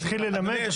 תתחיל לנמק,